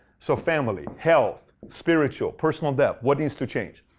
so family. health, spiritual, personal dev what needs to change?